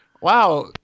wow